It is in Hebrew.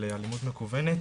של אלימות מקוונת,